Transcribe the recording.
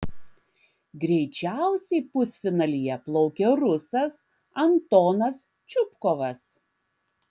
greičiausiai pusfinalyje plaukė rusas antonas čupkovas